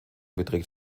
beträgt